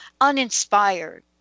uninspired